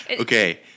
Okay